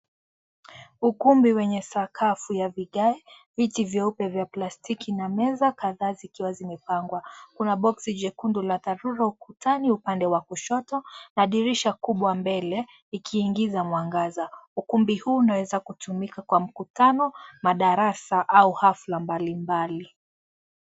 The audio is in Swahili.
Ukumbi wenye sakafu ya vigae viti vyeupe vya plastiki nameza kadhaa zikiwa zimepangwa, kuna boksi jekundu la dharura ukutani upande wa kushoto na dirisha kubwa mbele ikiingiza mwangaza. Ukumbi huu unaweza kutumika kwa mkutano madarasa au ghafla mbalimbali.